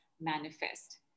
manifest